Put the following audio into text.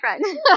friend